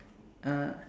uh